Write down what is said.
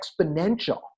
exponential